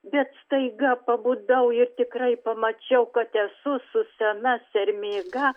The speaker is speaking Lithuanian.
bet staiga pabudau ir tikrai pamačiau kad esu su sena sermėga